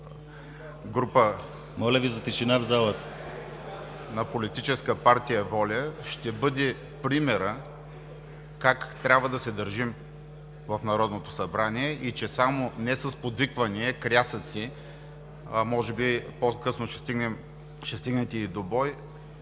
Моля Ви за тишина в залата!